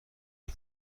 این